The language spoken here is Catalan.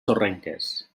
sorrenques